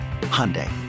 Hyundai